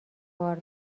بار